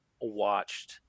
watched